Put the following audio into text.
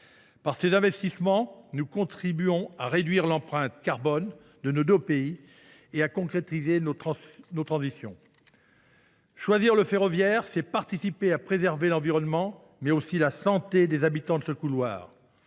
Par ces investissements, nous contribuons à réduire l’empreinte carbone de nos deux pays et à concrétiser nos transitions. Choisir le ferroviaire, c’est participer à préserver l’environnement, mais aussi la santé des habitants de ce couloir.